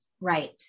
Right